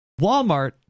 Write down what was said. Walmart